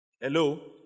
Hello